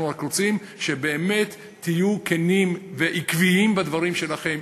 אנחנו רק רוצים שבאמת תהיו כנים ועקביים בדברים שלכם,